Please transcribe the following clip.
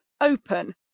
open